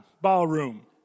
Ballroom